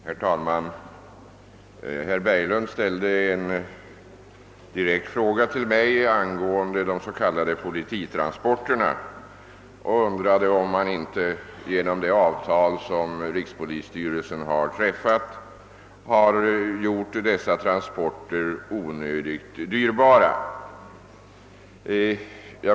Herr talman! Herr Berglund ställde 2n direkt fråga till mig angående de s.k. polititransporterna och undrade om man inte genom det avtal som rikspolisstyrelsen träffat har gjort dessa transporter onödigt dyra.